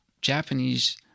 Japanese-